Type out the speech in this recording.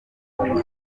françois